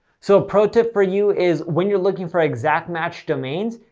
so a pro tip for you is, when you're looking for exact-match domains,